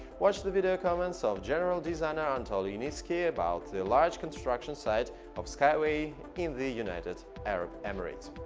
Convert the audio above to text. watch the video comments of general designer anatoliy yunitski about the large construction site of skyway in the united arab emirates.